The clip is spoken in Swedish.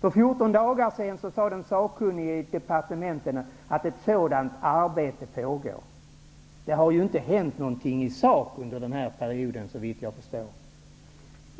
För 14 dagar sedan sade den sakkunniga i ett departement att ett sådant arbete pågår. Det har ju inte hänt något i sak under den här perioden, såvitt jag förstår.